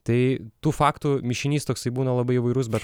tai tų faktų mišinys toksai būna labai įvairus bet